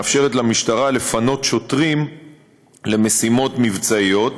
מאפשרת למשטרה לפנות שוטרים למשימות מבצעיות.